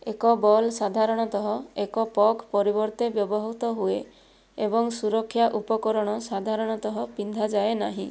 ଏକ ବଲ୍ ସାଧାରଣତଃ ଏକ ପକ୍ ପରିବର୍ତ୍ତେ ବ୍ୟବହୃତ ହୁଏ ଏବଂ ସୁରକ୍ଷା ଉପକରଣ ସାଧାରଣତଃ ପିନ୍ଧାଯାଏ ନାହିଁ